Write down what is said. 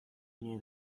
near